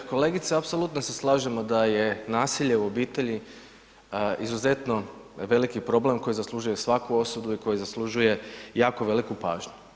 Kolegica, apsolutno se slažemo da je nasilje u obitelji izuzetno veliki problem koji zaslužuje svaku osudu i koji zaslužuje jako veliku pažnju.